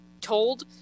told